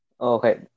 Okay